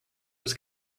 was